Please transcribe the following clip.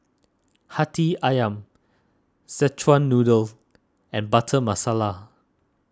Hati Ayam Szechuan Noodles and Butter Masala